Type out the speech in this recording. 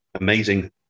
amazing